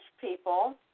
people